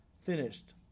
finished